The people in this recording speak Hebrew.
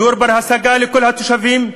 דיור בר-השגה לכל התושבים,